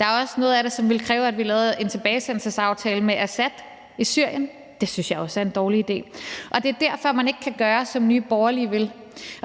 Der er også noget af det, som ville kræve, at vi lavede en tilbagesendelsesaftale med Assad i Syrien. Det synes jeg også er en dårlig idé, og det er derfor, man ikke kan gøre, som Nye Borgerlige vil.